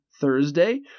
Thursday